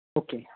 okay